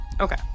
Okay